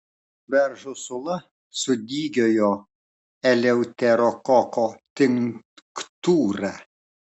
beržo sula su dygiojo eleuterokoko tinktūra